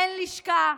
אין לשכה,